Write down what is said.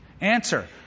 Answer